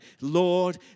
Lord